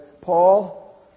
Paul